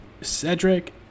Cedric